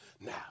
Now